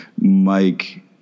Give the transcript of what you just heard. Mike